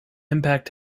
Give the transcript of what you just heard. impact